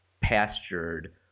pastured